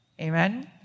Amen